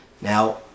Now